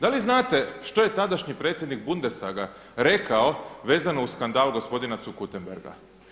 Da li znate što je tadašnji predsjednik Bundestaga rekao vezano uz skandal gospodina zu Guttenberga?